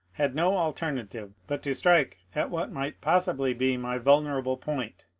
had no alternative but to strike at what might possibly be my vulnerable point.